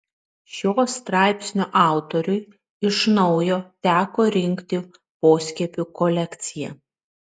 šio straipsnio autoriui iš naujo teko rinkti poskiepių kolekciją